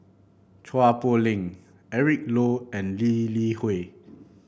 Chua Poh Leng Eric Low and Lee Li Hui